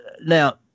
now